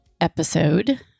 episode